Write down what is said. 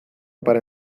para